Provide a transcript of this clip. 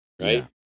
right